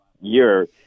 year